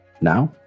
Now